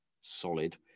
solid